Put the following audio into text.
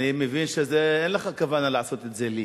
אני מבין שאין לך כוונה לעשות את זה לי.